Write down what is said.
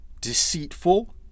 deceitful